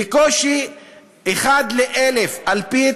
בקושי 1 ל-1,000, אלפית